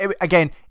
again